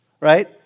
Right